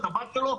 את הבת שלו,